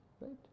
Right